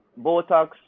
botox